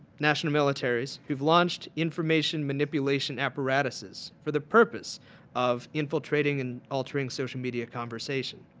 national militaries who have launched information mitigation apparatuses for the purposes of infiltrating and altering social media conversation.